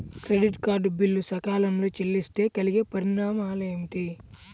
Credit card bill సకాలంలో చెల్లిస్తే కలిగే పరిణామాలేమిటి?